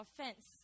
offense